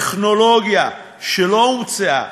טכנולוגיה שלא הומצאה,